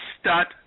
start